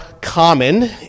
common